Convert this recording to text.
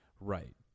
Right